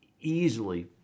easily